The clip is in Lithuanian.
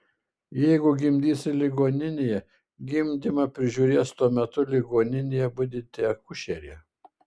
jeigu gimdysi ligoninėje gimdymą prižiūrės tuo metu ligoninėje budinti akušerė